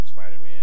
Spider-Man